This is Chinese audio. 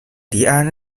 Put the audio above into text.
迪安